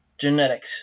genetics